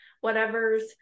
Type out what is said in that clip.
whatever's